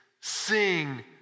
sing